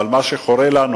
אבל מה שחורה לנו,